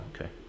Okay